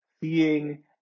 seeing